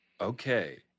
Okay